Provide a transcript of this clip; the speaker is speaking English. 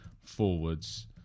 forwards